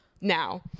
now